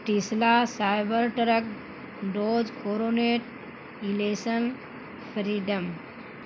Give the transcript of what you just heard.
Tesla cyber truck dose coronet allison freedom